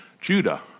Judah